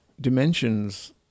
dimensions